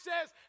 says